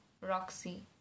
Roxy